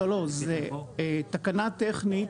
לא, תקנה טכנית